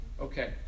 Okay